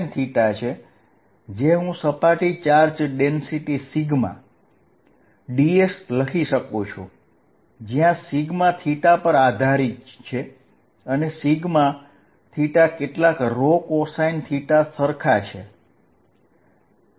ds છે જેને હું સપાટી ચાર્જ ડેન્સિટી ds લખી શકું છું જ્યાં એ પર આધારીત છે અને acosθ છે